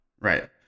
right